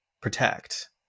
protect